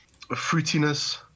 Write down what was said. fruitiness